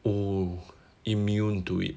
oh immune to it